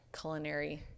culinary